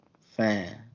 fan